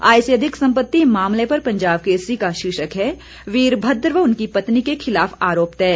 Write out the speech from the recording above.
आय से अधिक सम्पत्ति मामले पर पंजाब केसरी का शीर्षक है वीरभद्र व उनकी पत्नी के खिलाफ आरोप तय